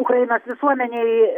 ukrainos visuomenei